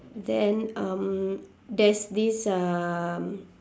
then um there's this um